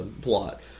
plot